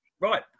right